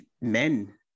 men